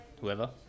whoever